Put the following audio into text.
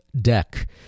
deck